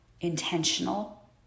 intentional